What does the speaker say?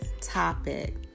topic